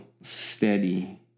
steady